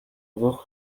bwo